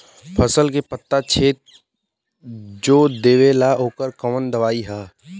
फसल के पत्ता छेद जो देवेला ओकर कवन दवाई ह?